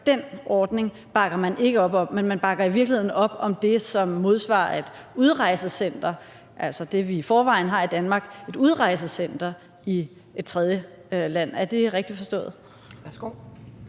Den ordning bakker man ikke op om, men man bakker i virkeligheden op om det, som modsvarer et udrejsecenter, altså det, vi i forvejen har i Danmark – et udrejsecenter i et tredjeland. Er det rigtigt forstået?